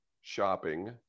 shopping